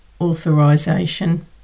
authorization